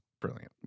brilliant